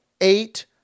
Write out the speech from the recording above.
eight